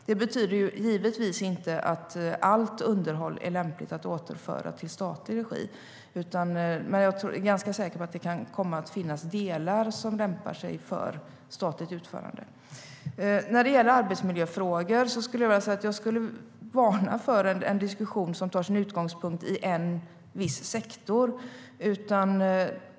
Det betyder givetvis inte att allt underhåll är lämpligt att återföra till statlig regi. Men jag är ganska säker på att det kommer att finnas delar som lämpar sig för statligt utförande. När det gäller arbetsmiljöfrågor vill jag varna för en diskussion som tar sin utgångspunkt i en viss sektor.